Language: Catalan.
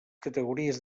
categories